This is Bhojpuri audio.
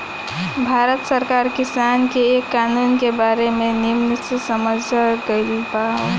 भारत सरकार किसान के ए कानून के बारे मे निमन से समझा नइखे पावत